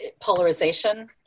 polarization